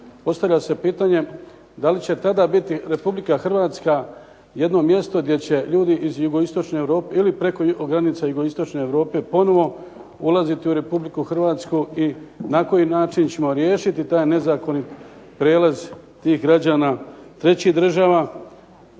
postavlja se pitanje da li će tada biti Republika Hrvatska jedno mjesto gdje će ljudi iz jugoistočne Europe ili preko granica jugoistočne Europe ponovo ulaziti u Republiku Hrvatsku i na koji način ćemo riješiti taj nezakoniti prijelaz tih građana trećih država,